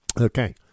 Okay